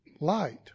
light